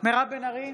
מירב בן ארי,